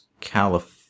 California